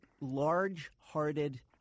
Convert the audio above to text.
large-hearted